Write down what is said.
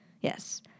Yes